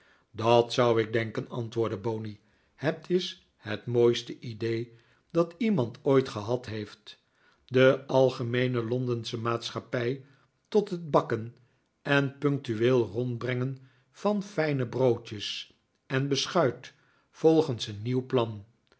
dat zou ik denken antwoordde bonney het is het mooiste idee dat iemand ooit gehad heeft de algemeene londensche maatschappij tot het bakken en punctueel rondbrengen van fijne broodjes en beschuit volgens een nieuw plan